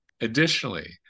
Additionally